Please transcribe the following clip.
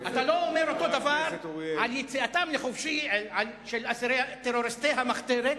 אתה לא אומר אותו דבר על יציאתם לחופשי של טרוריסטי המחתרת,